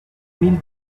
mille